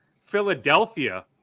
Philadelphia